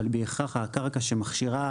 אבל היא בהכרח הקרקע שמכשירה